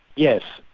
yes.